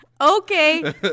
okay